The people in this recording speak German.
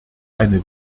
eine